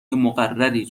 مقرری